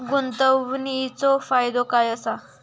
गुंतवणीचो फायदो काय असा?